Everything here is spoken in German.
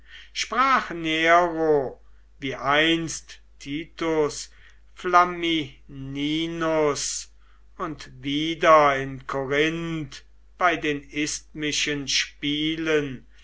sprach nero wie einst titus flamininus und wieder in korinth bei den isthmischen spielen